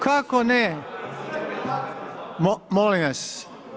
kako ne! … [[Govornici govore u glas, ne razumije se.]] Molim vas!